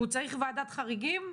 הוא צריך ועדת חריגים?